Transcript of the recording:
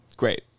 Great